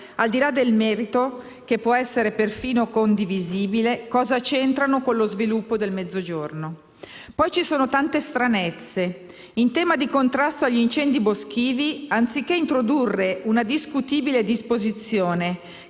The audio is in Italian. al di là del merito, che può essere perfino condivisibile, cosa c'entrano con lo sviluppo del Mezzogiorno? Vi sono poi tante stranezze: in tema di contrasto agli incendi boschivi, anziché introdurre una discutibile disposizione,